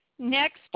next